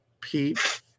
Pete